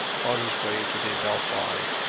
on his way to the adelphi.